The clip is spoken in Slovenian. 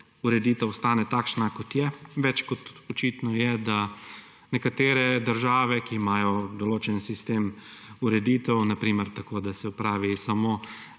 ureditev ostane takšna, kot je. Več kot očitno je, da nekatere države, ki imajo določen sistem ureditev, na primer tako, da se opravi samo